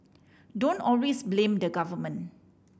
don't always blame the government